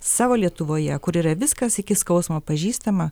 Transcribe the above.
savo lietuvoje kur yra viskas iki skausmo pažįstama